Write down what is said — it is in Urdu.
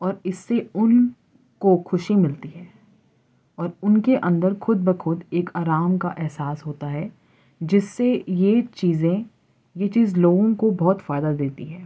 اور اس سے ان کو خوشی ملتی ہے اور ان کے اندر خود بخود ایک آرام کا احساس ہوتا ہے جس سے یہ چیزیں یہ چیز لوگوں کو بہت فائدہ دیتی ہے